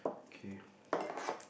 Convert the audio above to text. okay